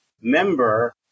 member